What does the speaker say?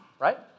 right